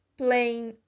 playing